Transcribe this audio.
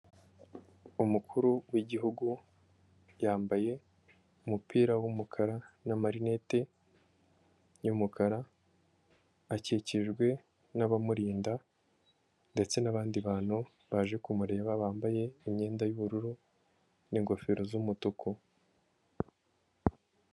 Umukuru w'igihugu yambaye umupira w'umukara n'amarinete y'umukara, akikijwe n'abamurinda ndetse n'abandi bantu baje kumureba, bambaye imyenda y'ubururu n'ingofero z'umutuku.